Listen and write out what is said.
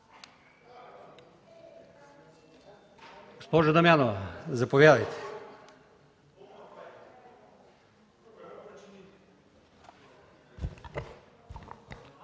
Госпожо Дамянова, заповядайте